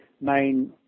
main